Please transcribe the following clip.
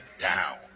down